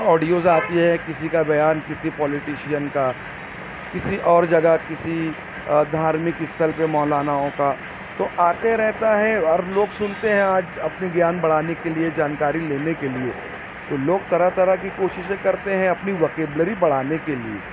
audios آتی ہے کسی کا بیان کسی پولیٹیشین کا کسی اور جگہ کسی دھارمک استھل پہ مولاناؤں کا تو آتے رہتا ہے اور لوگ سنتے ہیں آج اپنی گیان بڑھانے کے لیے جانکاری لینے کے لیے تو لوگ طرح طرح کی کوششیں کرتے ہیں اپنی وکیبلری بڑھانے کے لیے